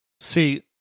See